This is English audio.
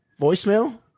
voicemail